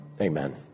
Amen